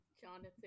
jonathan